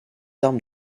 armes